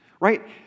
Right